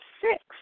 six